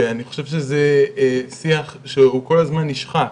ואני חושב שזה שיח שהוא כל הזמן נשחק.